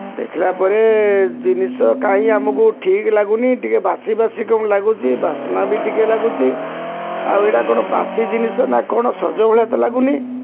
ଦେଖିଲା ପରେ ଜିନିଷ କାଇଁ ଆମକୁ ଠିକ୍ ଲାଗୁନି ଟିକିଏ ବାସି ବାସି କ'ଣ ଲାଗୁଛି ବାସ୍ନା ବି ଟିକିଏ ଲାଗୁଛି ଆଉ ଏଇଟା କ'ଣ ବାସି ଜିନିଷ ନା କ'ଣ ସଜ ଭଳିଆ ତ ଲାଗୁନି